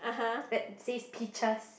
that says peaches